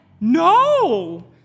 No